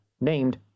named